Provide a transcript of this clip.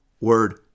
word